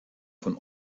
von